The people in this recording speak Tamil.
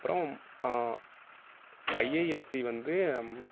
அப்புறம் ஐஏஎஸ்சி வந்து